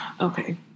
Okay